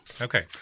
Okay